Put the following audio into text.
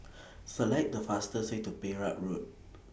Select The fastest Way to Perak Road